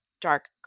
dark